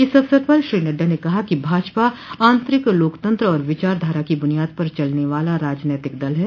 इस अवसर पर श्री नड्डा ने कहा कि भाजपा आंतरिक लोकतंत्र और विचार धारा की बुनियाद पर चलने वाला राजनैतिक दल है